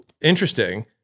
interesting